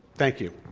thank you.